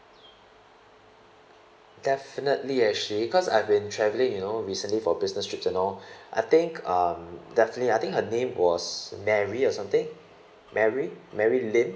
definitely actually because I've been travelling you know recently for business trips and all I think um definitely I think her name was mary or something mary mary lim